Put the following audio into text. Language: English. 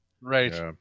Right